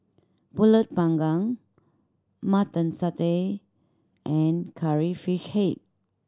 Pulut Panggang Mutton Satay and Curry Fish Head